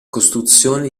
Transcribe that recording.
costruzione